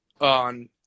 on